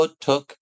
took